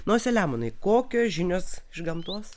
nu selemonui kokios žinios iš gamtos